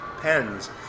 pens